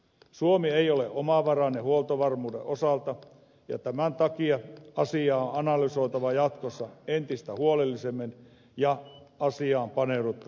suomi ei ole omavarainen huoltovarmuuden osalta ja tämän takia asiaa on analysoitava jatkossa entistä huolellisemmin ja asiaan on paneuduttava paremmin